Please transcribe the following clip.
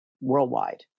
worldwide